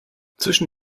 zwischen